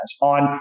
on